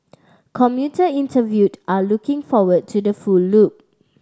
commuter interviewed are looking forward to the full loop